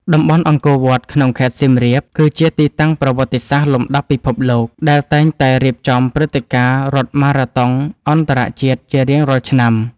តំបន់អង្គរវត្តក្នុងខេត្តសៀមរាប គឺជាទីតាំងប្រវត្តិសាស្ត្រលំដាប់ពិភពលោក ដែលតែងតែរៀបចំព្រឹត្តិការណ៍រត់ម៉ារ៉ាតុងអន្តរជាតិជារៀងរាល់ឆ្នាំ។